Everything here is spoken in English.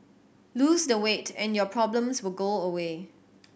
lose the weight and your problems will go away